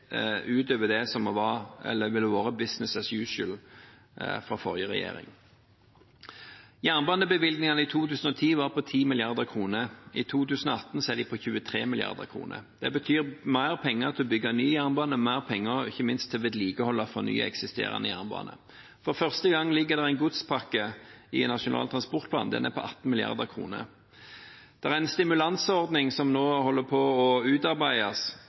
utover det som ville vært «business as usual» fra forrige regjering. Jernbanebevilgningene i 2010 var på 10 mrd. kr. I 2018 er de på 23 mrd. kr. Det betyr mer penger til å bygge ny jernbane og mer penger – ikke minst – til å vedlikeholde og fornye eksisterende jernbane. For første gang ligger det en godspakke i Nasjonal transportplan. Den er på 18 mrd. kr. Det er en stimulansordning som nå utarbeides, og det har blitt gjort mange grep på